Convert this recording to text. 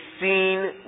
seen